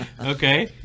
Okay